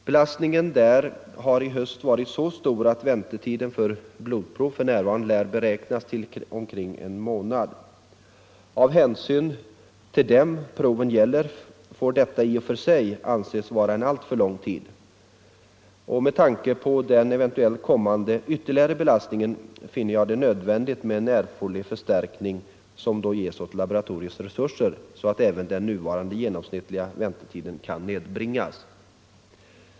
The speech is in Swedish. Belastningen vid laboratoriet har i höst varit så stor att väntetiden för blodprov för närvarande lär vara omkring en månad. Av hänsyn till dem proven gäller får detta i och för sig anses vara en alltför lång tid. Med tanke på den eventuellt kommande ytterligare belastningen finner jag det nödvändigt med en erforderlig förstärkning av laboratoriets resurser, så att den nuvarande genomsnittliga väntetiden kan nedbringas.